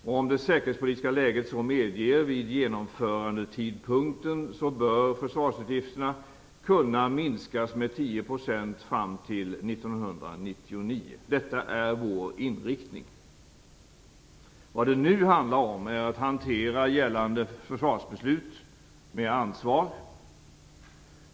Om det säkerhetspolitiska läget så medger vid genomförandetidpunkten bör försvarsutgifterna kunna minskas med 10 % fram till 1999. Detta är vår inriktning. Vad det nu handlar om är att hantera gällande försvarsbeslut med ansvar.